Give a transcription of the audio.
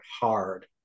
hard